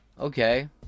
Okay